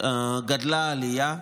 גדלה העלייה,